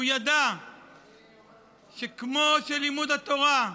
הוא ידע שכמו שלימוד התורה,